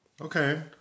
Okay